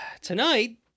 tonight